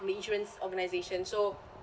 the insurance organisation so